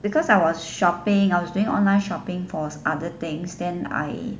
because I was shopping I was doing online shopping for other things then I